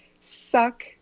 suck